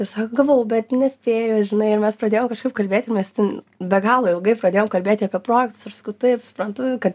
jie sako gavau bet nespėju žinai ir mes pradėjom kažkaip kalbėti mes ten be galo ilgai pradėjom kalbėt apie projektus aš sakau taip suprantu kad